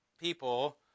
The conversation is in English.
people